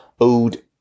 Ode